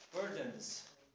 burdens